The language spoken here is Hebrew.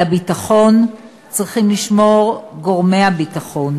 על הביטחון צריכים לשמור גורמי הביטחון,